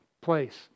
place